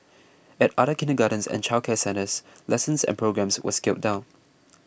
at other kindergartens and childcare centres lessons and programmes were scaled down